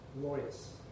glorious